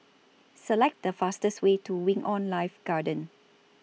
Select The fastest Way to Wing on Life Garden